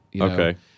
Okay